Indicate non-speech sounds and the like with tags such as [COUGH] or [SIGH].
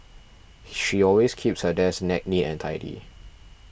she always keeps her desk [UNINTELLIGIBLE] and tidy